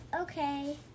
Okay